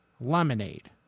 lemonade